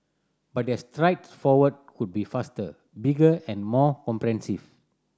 but their strides forward could be faster bigger and more comprehensive